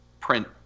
print